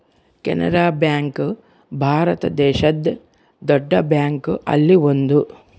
Canara bank Bharat ದೇಶದ್ ದೊಡ್ಡ bank ಅಲ್ಲಿ ಒಂದು